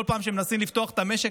כל פעם שמנסים לפתוח את המשק,